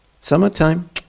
Summertime